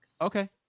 Okay